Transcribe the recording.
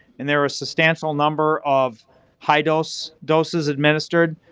and there was substantial number of high dose doses administered,